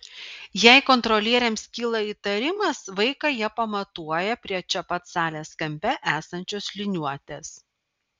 jei kontrolieriams kyla įtarimas vaiką jie pamatuoja prie čia pat salės kampe esančios liniuotės